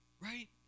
right